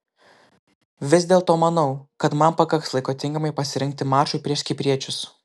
vis dėlto manau kad man pakaks laiko tinkamai pasirengti mačui prieš kipriečius